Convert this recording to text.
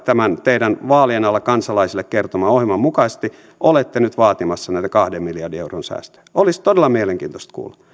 tämän teidän vaalien alla kansalaisille kertoman ohjelman mukaisesti olette nyt vaatimassa näitä kahden miljardin euron säästöjä olisi todella mielenkiintoista kuulla